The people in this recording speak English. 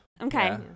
Okay